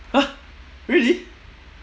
!huh! really